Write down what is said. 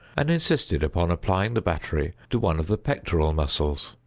and insisted upon applying the battery to one of the pectoral muscles.